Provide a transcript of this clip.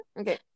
Okay